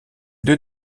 deux